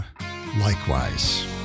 likewise